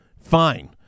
fine